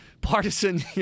partisan